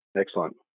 Excellent